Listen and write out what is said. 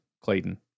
Clayton